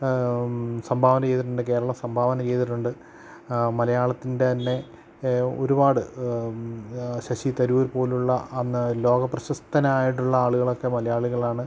സംഭാവന ചെയ്തിട്ടുണ്ട് കേരളം സംഭാവന ചെയ്തിട്ടുണ്ട് മലയാളത്തിൻ്റെതന്നെ ഒരുപാട് ശശി തരൂർ പോലുള്ള അങ്ങു ലോകപ്രശസ്തരായിട്ടുള്ള ആളുകളൊക്കെ മലയാളികളാണ്